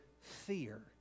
fear